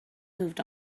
moved